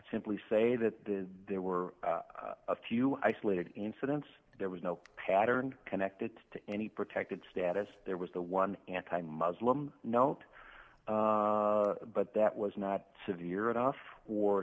simply say that there were a few isolated incidents there was no pattern connected to any protected status there was the one anti muslim not but that was not severe enough war